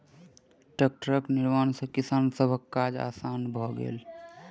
टेक्टरक निर्माण सॅ किसान सभक काज आसान भ गेलै